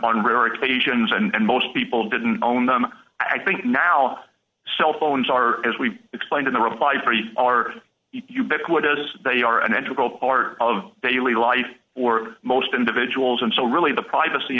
on rare occasions and most people didn't own them i think now cell phones are as we've explained in the reply for you are ubiquitous they are an integral part of daily life or most individuals and so really the privacy